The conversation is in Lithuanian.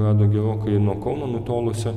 rado gerokai nuo kauno nutolusią